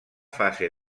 fase